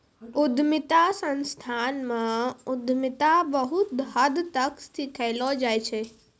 उद्यमिता संस्थान म उद्यमिता बहुत हद तक सिखैलो जाय छै